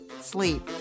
Sleep